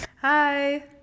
Hi